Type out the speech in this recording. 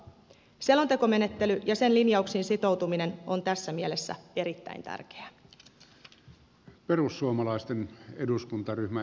selontekomenettely ja sen linjauksiin sitoutuminen ovat tässä mielessä erittäin tärkeitä